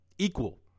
Equal